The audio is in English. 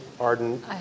Arden